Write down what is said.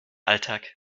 alltag